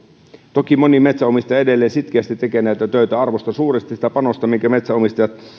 toki moni metsänomistaja edelleen sitkeästi tekee näitä töitä arvostan suuresti sitä panosta minkä metsänomistajat